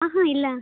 ஆஹூம் இல்லை